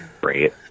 great